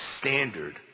standard